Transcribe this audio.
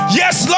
yes